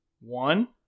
One